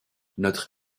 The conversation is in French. notre